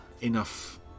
enough